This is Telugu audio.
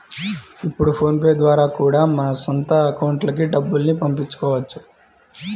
ఇప్పుడు ఫోన్ పే ద్వారా కూడా మన సొంత అకౌంట్లకి డబ్బుల్ని పంపించుకోవచ్చు